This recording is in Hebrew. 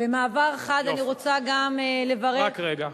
במעבר חד אני רוצה גם לברך, רק רגע,